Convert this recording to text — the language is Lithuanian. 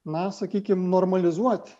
na sakykim normalizuoti